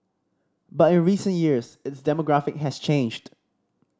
but in recent years its demographic has changed